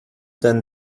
than